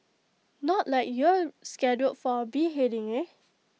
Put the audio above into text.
not like you're scheduled for A beheading eh